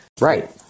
right